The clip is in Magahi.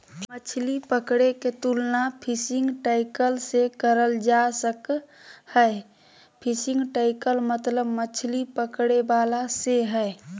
मछली पकड़े के तुलना फिशिंग टैकल से करल जा सक हई, फिशिंग टैकल मतलब मछली पकड़े वाला से हई